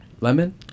lemon